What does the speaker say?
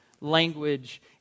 language